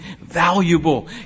valuable